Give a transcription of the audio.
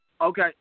Okay